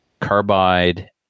carbide